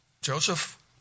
Joseph